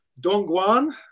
Dongguan